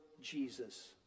Jesus